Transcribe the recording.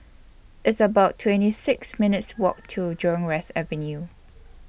It's about twenty six minutes' Walk to Jurong West Avenue